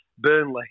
Burnley